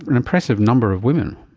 impressive number of women.